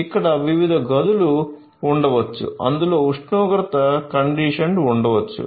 ఇక్కడ వివిధ గదులు ఉండవచ్చు అందులో ఉష్ణోగ్రత కండిషన్డ్ ఉండవచ్చు